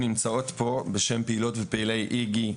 נמצאים פה בשם פעילות ופעילי איג"י,